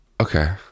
okay